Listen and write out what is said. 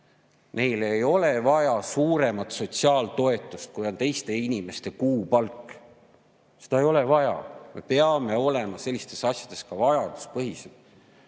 Neil ei ole vaja suuremat sotsiaaltoetust, kui on teiste inimeste kuupalk. Seda ei ole vaja. Me peame olema sellistes asjades ka vajaduspõhised.